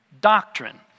doctrine